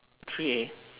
three A